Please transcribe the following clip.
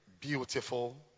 Beautiful